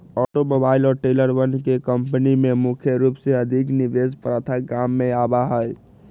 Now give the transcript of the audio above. automobile और ट्रेलरवन के कम्पनी में मुख्य रूप से अधिक निवेश प्रथा काम में आवा हई